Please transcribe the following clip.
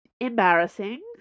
embarrassing